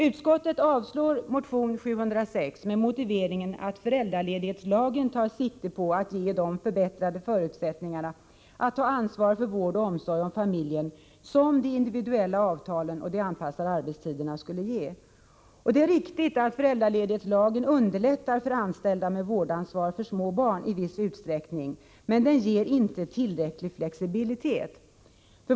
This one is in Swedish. Utskottet avstyrker motion 706 med motiveringen att föräldraledighetslagen tar sikte på att ge samma förbättrade förutsättningar att ta ansvar för vård och omsorg om familjen som de individuella avtalen och de anpassade arbetstiderna skulle ge. Det är riktigt att föräldraledighetslagen underlättar för anställda med vårdansvar för små barn — i viss utsträckning. Den ger emellertid inte tillräcklig flexibilitet.